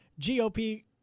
GOP